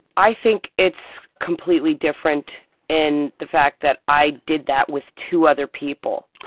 i think it's completely different in the fact that i did that with two other people.